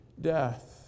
death